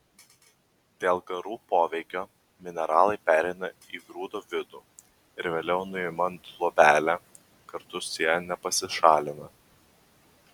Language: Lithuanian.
dėl garų poveikio mineralai pereina į grūdo vidų ir vėliau nuimant luobelę kartu su ja nepasišalina